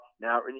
Now